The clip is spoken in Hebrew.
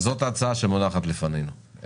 זאת ההצעה שמונחת לפנינו.